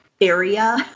area